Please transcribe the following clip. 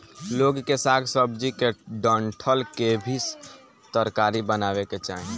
लोग के साग सब्जी के डंठल के भी तरकारी बनावे के चाही